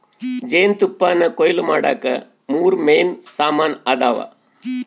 ಜೇನುತುಪ್ಪಾನಕೊಯ್ಲು ಮಾಡಾಕ ಮೂರು ಮೇನ್ ಸಾಮಾನ್ ಅದಾವ